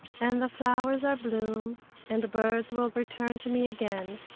and flowers are bloom and birds will return to me again,